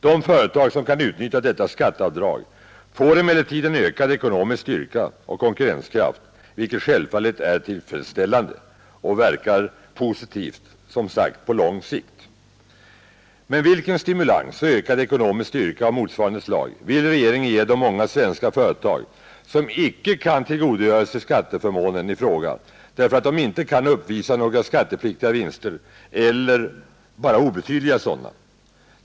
De företag som kan utnyttja detta skatteavdrag får emellertid en ökad ekonomisk styrka och konkurrenskraft, vilket självfallet är tillfredsstäilande och verkar positivt, som sagt, på lång sikt. Men vilken stimulans och ökad ekonomisk styrka av motsvarande slag vill regeringen ge de många svenska företag, som inte kan tillgodogöra sig skatteförmånen i fråga därför att de icke kan uppvisa några skattepliktiga vinster eller bara obetydliga sådana?